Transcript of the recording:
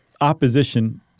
opposition